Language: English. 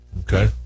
Okay